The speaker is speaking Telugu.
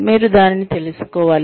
మీరు దానిని తెలుసుకోవాలి